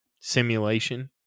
simulation